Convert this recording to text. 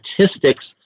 statistics